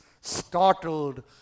startled